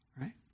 right